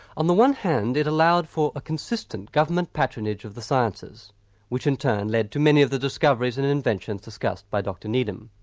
on the one hand it allowed for consistent government patronage of the sciences which in turn led to many of the discoveries and inventions discussed by joseph needham.